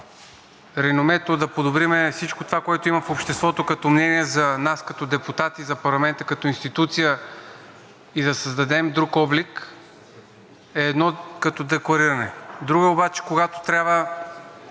реномето, да подобрим всичко това, което има в обществото като мнение за нас като депутати, за парламента като институция, и да създадем друг облик е едно като деклариране. Друго е обаче, когато трябва